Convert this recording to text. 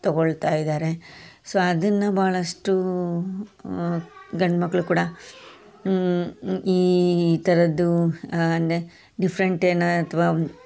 ತೊಗೊಳ್ತಾ ಇದ್ದಾರೆ ಸೊ ಅದನ್ನು ಬಹಳಷ್ಟು ಗಂಡು ಮಕ್ಕಳು ಕೂಡ ಈ ಥರದ್ದು ನೆ ಡಿಫ್ರೆಂಟ್ ಏನೋ ಅಥವಾ